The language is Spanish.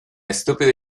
estúpido